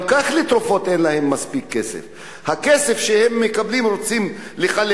את הכסף שהם מקבלים הם רוצים לחלק,